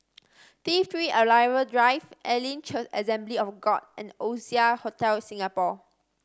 T Three Arrival Drive Elim Church Assembly of God and Oasia Hotel Singapore